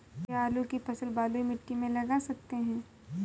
क्या आलू की फसल बलुई मिट्टी में लगा सकते हैं?